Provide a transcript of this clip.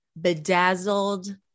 bedazzled